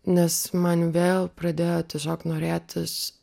nes man vėl pradėjo tiesiog norėtis